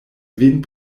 vin